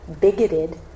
bigoted